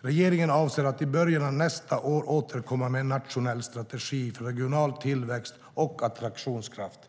Regeringen avser att i början av nästa år återkomma med en nationell strategi för regional tillväxt och attraktionskraft.